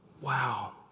Wow